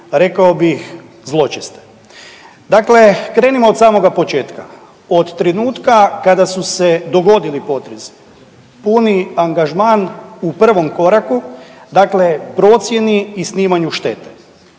rekao bih zločeste. Dakle, krenimo od samoga početka. Od trenutka kada su se dogodili potresi puni angažman u prvom koraku, dakle procjeni i snimanju štete